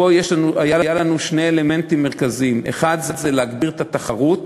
היו לנו שני אלמנטים מרכזיים: האחד זה להגביר את התחרות